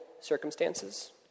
circumstances